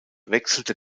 wechselte